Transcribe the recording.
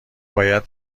باید